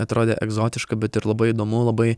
atrodė egzotiška bet ir labai įdomu labai